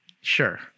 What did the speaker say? sure